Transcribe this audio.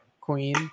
queen